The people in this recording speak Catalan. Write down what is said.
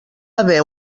haver